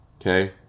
Okay